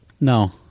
No